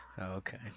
Okay